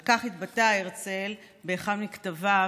על כך התבטא הרצל באחד מכתביו,